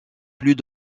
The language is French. plus